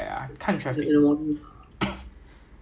if you see a queue very long right go drink coffee first or